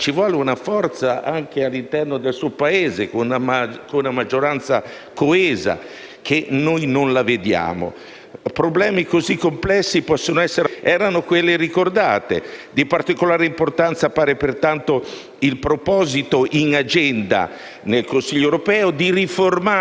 problema le cui caratteristiche erano quelle ricordate. Di particolare importanza appare pertanto il proposito, in agenda nel Consiglio europeo, «di riformare il sistema europeo comune di asilo, compresi i principi di responsabilità e solidarietà».